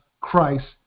Christ